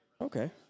Okay